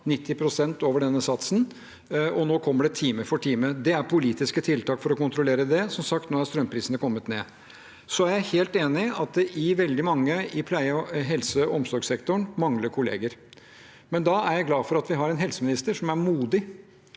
90 pst. over denne satsen, og nå kommer det time for time. Det er politiske tiltak for å kontrollere det, og som sagt har strømprisene nå kommet ned. Jeg er helt enig i at veldig mange i pleie-, helse- og omsorgssektoren mangler kolleger, men da er jeg glad for at vi har en helseminister som er modig